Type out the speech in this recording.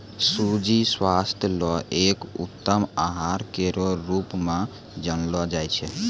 सूजी स्वास्थ्य ल एक उत्तम आहार केरो रूप म जानलो जाय छै